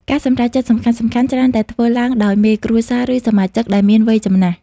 ការសម្រេចចិត្តសំខាន់ៗច្រើនតែធ្វើឡើងដោយមេគ្រួសារ ឬសមាជិកដែលមានវ័យចំណាស់។